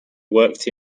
worked